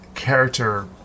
character